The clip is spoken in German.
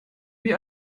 wie